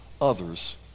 others